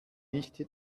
nicht